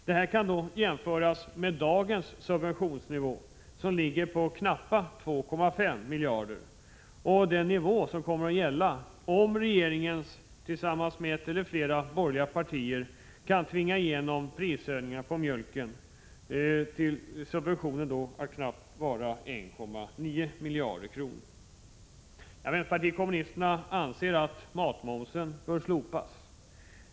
Detta kan jämföras med dagens subventionsnivå som ligger på knappa 2,5 miljarder kronor, och den nivå som kommer att gälla om regeringen tillsammans med ett eller flera borgerliga partier kan tvinga igenom prishöjningar på mjölken — knappt 1,9 miljarder kronor. Vpk anser att matmomsen bör slopas.